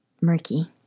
murky